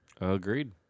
Agreed